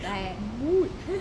right